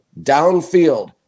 downfield